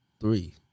three